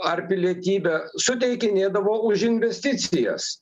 ar pilietybę suteikinėdavo už investicijas